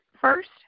first